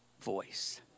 voice